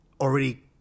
already